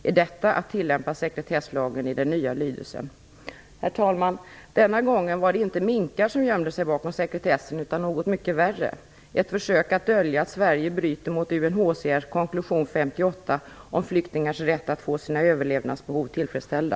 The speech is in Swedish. Är detta att tillämpa sekretesslagen i den nya lydelsen? Herr talman! Denna gång var det inte minkar som gömde sig bakom sekretessen utan något mycket värre: ett försök att dölja att Sverige bryter mot UNHCR:s konklusion 58 om flyktingars rätt att få sina överlevnadsbehov tillfredsställda.